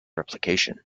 replication